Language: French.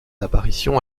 apparitions